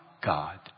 God